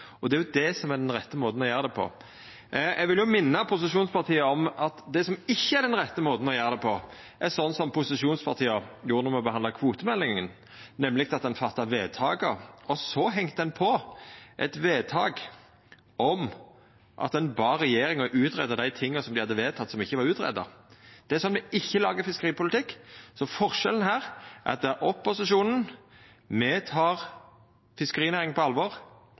Det er jo det som er den rette måten å gjera det på. Eg vil minna posisjonspartia om at det som ikkje er den rette måten å gjera det på, er slik som posisjonspartia gjorde då me behandla kvotemeldinga, nemleg at ein fatta vedtaka, og så hengde ein på eit vedtak om at ein bad regjeringa greia ut dei tinga som dei hadde vedteke, som ikkje var utgreidde. Det er slik me ikkje lagar fiskeripolitikk. Så forskjellen her er at opposisjonen tek fiskerinæringa på alvor.